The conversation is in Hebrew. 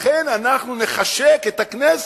לכן, אנחנו נחשק את הכנסת